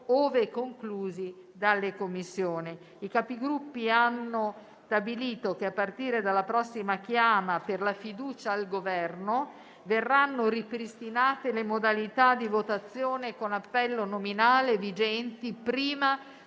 ove conclusi dalle Commissioni. I Capigruppo hanno stabilito che, a partire dalla prossima chiama per la fiducia al Governo, verranno ripristinate le modalità di votazione con appello nominale vigenti prima